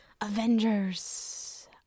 Avengers